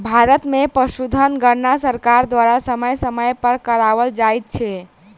भारत मे पशुधन गणना सरकार द्वारा समय समय पर कराओल जाइत छै